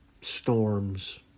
storms